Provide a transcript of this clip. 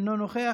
אינו נוכח,